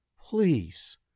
please